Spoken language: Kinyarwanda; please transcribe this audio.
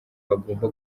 bagomba